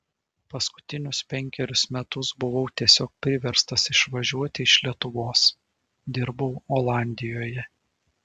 paskutinius penkerius metus buvau tiesiog priverstas išvažiuoti iš lietuvos dirbau olandijoje